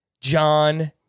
John